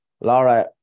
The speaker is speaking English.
Laura